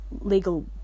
legal